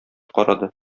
карады